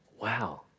Wow